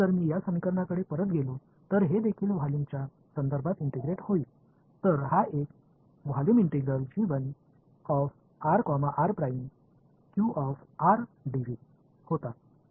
இப்போது நான் இந்த சமன்பாட்டிற்கு திரும்பிச் சென்றால் இதுவும் கொள்ளளவு தொடர்பாக ஒருங்கிணைக்கப் போகிறது